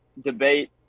debate